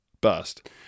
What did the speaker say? Bust